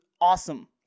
awesome